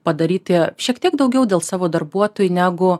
padaryti šiek tiek daugiau dėl savo darbuotojų negu